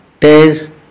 taste